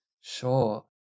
Sure